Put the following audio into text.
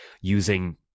using